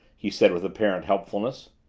he said with apparent helpfulness.